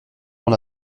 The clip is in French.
dans